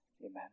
amen